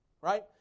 Right